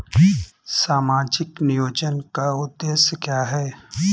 सामाजिक नियोजन का उद्देश्य क्या है?